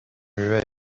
muet